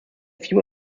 few